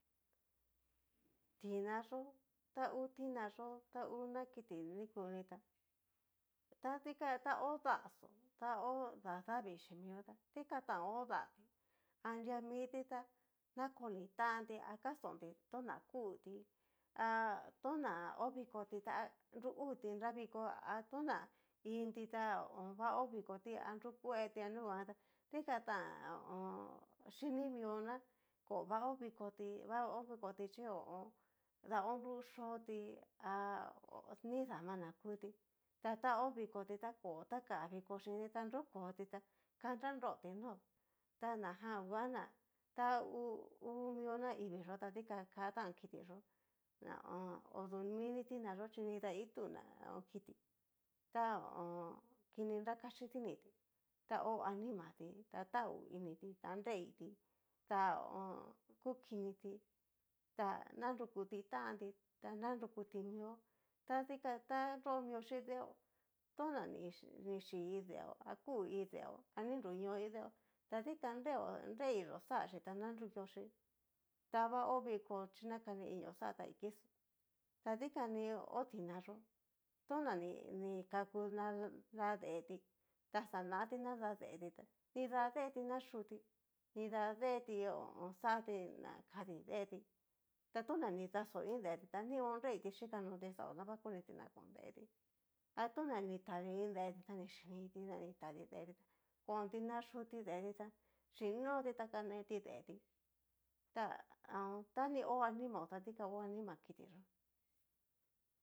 Tina yó ta ngu tina yó ta ngu na kiti ni kuni tá, ta dikan ta ho d'ayó ta ho dadavii xhí mió dikan ta hó da'a ti anria miti na nakoni tántí ha kastonti tuna kutí ha tonáa ho vikoti ta nru uu tí hó viko, tana iin ti ta va ho vikoti ha nrukueti a nuguan ta dikatán, ho o on. chini mió ná va hó vikotí va ho viko ti chí ho o on. da onru xóti a ni dam na kutí, ta ta ovikoti ta kan viko xhinti ta nrokotí tá kanra nroti nó tanajan nguan ná ta ngu mio naivii yó ta dikan ka tán kitiyó odu mini tina yó chi nida itu kití ta ho o on. kini nra kaxi dinití, ta ho animati ta tahú inití t nreiti ta kukiniti, ta narukuti tanti ta na nrukuti mió, tadikan ta nro mio xhín deeó, tona ni chí iin deeo ha kuu iin deeo a ni nruño iin deeo, ta dikan nreo nreyó xachí ta nanrukio chí ta va ho viko chí nakani inió xá taiki xó, ta dikani hó tina yó tana ni kaku nadá deetí naxanati nada deeti tá nida deeti nayutí, nida deeti ná xati na kadii deeti ta tona ni daxó iin deeti ta nion nreiti yikanoti xáo na va koniti ná kon deeti ha tona ni tadi iin deeti ta ni xhiniti na ni tadi deeti ta konti nayuti deeti ta xhin noti ta kaneti deeti ta ha on. tani ho animao ta dikan hó nima kiti yó.